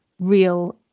real